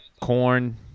corn